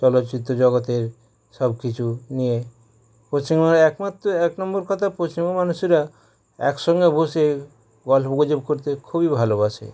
চলচিত্র জগতের সব কিছু নিয়ে পশ্চিমবঙ্গের একমাত্র এক নম্বর কথা পশ্চিমবঙ্গ মানুষেরা একসঙ্গে বসে গল্প গুজব করতে খুবই ভালোবাসে